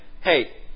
hey